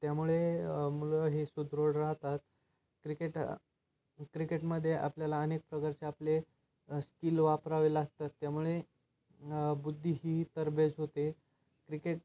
त्यामुळे मुलं ही सुदृढ राहतात क्रिकेट क्रिकेटमध्ये आपल्याला अनेक प्रकारचे आपले स्किल वापरावे लागतात त्यामुळे बुद्धी ही तरबेज होते क्रिकेट